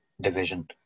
division